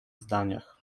zdaniach